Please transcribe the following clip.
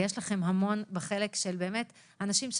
יש לכם חלק ענק בסיוע לכל האנשים,